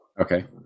Okay